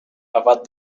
abad